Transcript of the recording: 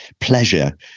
pleasure